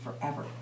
forever